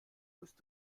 musst